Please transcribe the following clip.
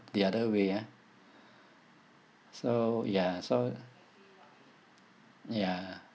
the other way ah so ya so ya